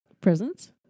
Presents